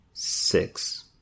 Six